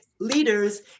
leaders